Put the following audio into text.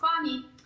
funny